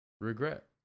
Regret